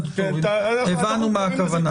הבנו מה הכוונה.